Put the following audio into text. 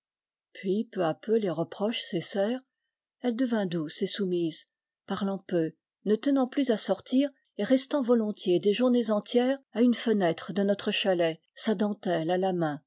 puis peu à peu les reproches cessèrent elle devini douce et soumise parlant peu ne tenant plus à sortir et restant volontiers des journées entières à une fenêtre de notre chalet sa dentelle à la main